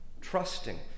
trusting